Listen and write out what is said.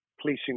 policing